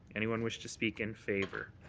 anyone wish to speak in favour?